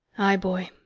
ay, boy.